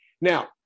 Now